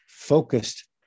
focused